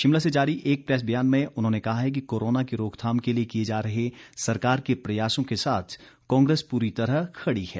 शिमला से जारी एक प्रैस ब्यान में उन्होंने कहा है कि कोरोना की रोकथाम के लिए किए जा रहे सरकार के प्रयासों के साथ कांग्रेस पूरी तरह खड़ी है